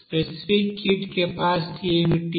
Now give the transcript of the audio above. specific heat capacity ఏమిటి